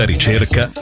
ricerca